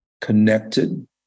connected